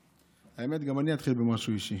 האמת, גם אני אתחיל במשהו אישי.